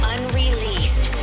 Unreleased